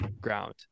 ground